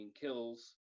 Kills